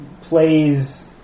plays